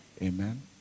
amen